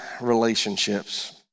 relationships